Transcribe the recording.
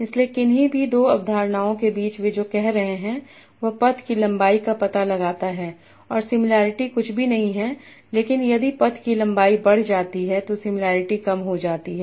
इसलिए किन्हीं भी दो अवधारणाओं के लिए वे जो कह रहे हैं वह पथ की लंबाई का पता लगाता है और सिमिलरिटी कुछ भी नहीं है लेकिन यदि पथ की लंबाई बढ़ जाती है तो सिमिलरिटी कम हो जाती है